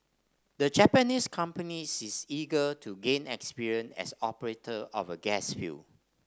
the Japanese company is eager to gain experience as operator of a gas field